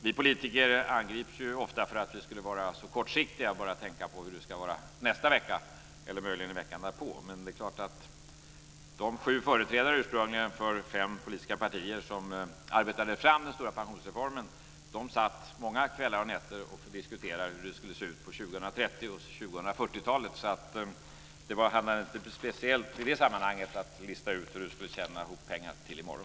Vi politiker angrips ju ofta för att vara så kortsiktiga och bara tänka på hur det ska vara nästa vecka eller möjligen veckan därpå. Men de ursprungligen sju företrädarna för fem politiska partier som arbetade fram den stora pensionsreformen satt många kvällar och nätter för att diskutera hur det skulle se ut på 2030 och 2040 talen. Det handlade alltså inte speciellt i det sammanhanget om att lista ut hur man skulle tjäna ihop pengar till i morgon.